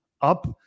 up